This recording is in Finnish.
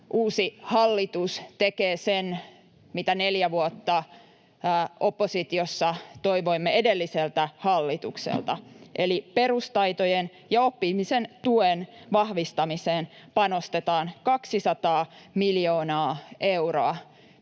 uusi hallitus tekee sen, mitä neljä vuotta oppositiossa toivoimme edelliseltä hallitukselta, eli perustaitojen ja oppimisen tuen vahvistamiseen panostetaan 200 miljoonaa euroa,